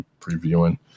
previewing